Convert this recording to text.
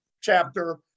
chapter